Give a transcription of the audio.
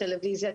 טלוויזיה,